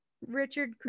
Richard